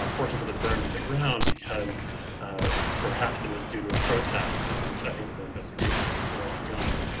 but portions of it burned to the ground because perhaps it was due to a protest. i think the investigation is still ongoing.